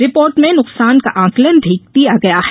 report में न्कसान का आकलन भी दिया गया है